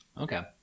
Okay